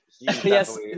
Yes